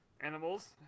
Animals